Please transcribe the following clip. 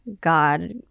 God